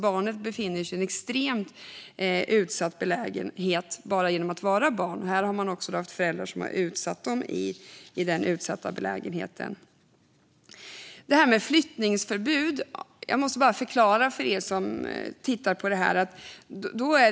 Barnet befinner sig i en extremt utsatt belägenhet bara genom att vara barn, och här har man också haft föräldrar som utsatt dem i denna utsatta belägenhet. Jag måste förklara det här med flyttningsförbud för er som tittar på det här.